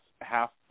half